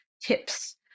tips